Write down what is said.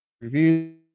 Reviews